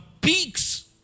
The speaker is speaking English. peaks